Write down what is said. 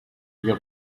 your